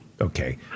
Okay